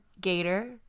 Gator